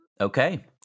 Okay